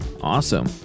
Awesome